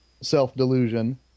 self-delusion